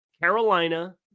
Carolina